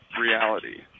reality